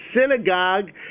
synagogue